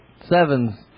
sevens